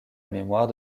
mémoire